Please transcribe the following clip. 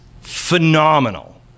phenomenal